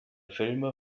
filme